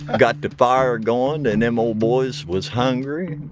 got the fire goin' and them old boys was hungry.